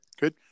Good